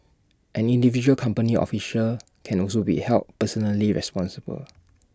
an individual company officer can also be held personally responsible